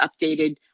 updated